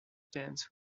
dance